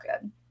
good